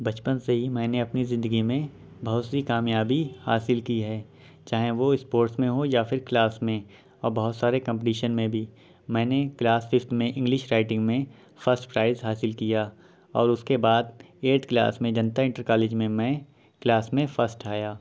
بچپن سے ہی میں نے اپنی زندگی میں بہت سی کامیابی حاصل کی ہے چاہے وہ اسپورٹس میں ہو یا پھر کلاس میں اور بہت سارے کمپٹیشن میں بھی میں نے کلاس ففتھ میں انگلش رائٹرنگ میں فسٹ پرائز حاصل کیا اور اس کے بعد ایٹ کلاس میں جنتا انٹر کالج میں میں کلاس میں فسٹ آیا